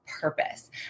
purpose